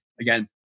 again